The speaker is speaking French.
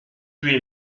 lui